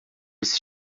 esse